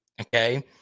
Okay